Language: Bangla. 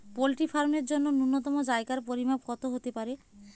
পোল্ট্রি ফার্ম এর জন্য নূন্যতম জায়গার পরিমাপ কত হতে পারে?